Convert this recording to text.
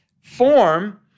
form